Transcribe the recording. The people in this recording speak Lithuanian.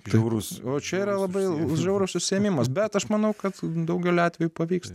žiaurus o čia yra labai žiaurus užsiėmimas bet aš manau kad daugeliu atveju pavyks